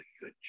good